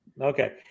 Okay